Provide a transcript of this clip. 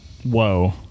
Whoa